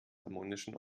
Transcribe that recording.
harmonischen